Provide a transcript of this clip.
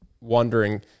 wondering